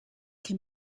can